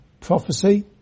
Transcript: prophecy